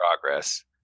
progress